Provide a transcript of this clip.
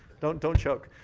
don't don't choke.